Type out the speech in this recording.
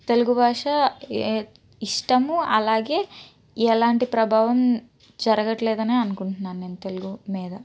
తెలుగు భాష ఇష్టము అలాగే ఎలాంటి ప్రభావం జరగట్లదనే అనుకుంటున్నాను నేను తెలుగు మీద